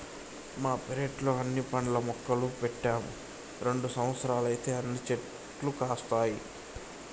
మా పెరట్లో అన్ని పండ్ల మొక్కలు పెట్టాము రెండు సంవత్సరాలైతే అన్ని చెట్లు కాస్తాయి